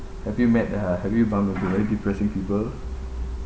have you met uh have you bump into very depressing people